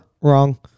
Wrong